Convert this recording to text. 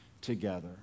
together